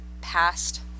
past